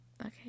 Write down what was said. okay